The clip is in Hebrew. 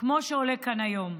כמו שעולה כאן היום.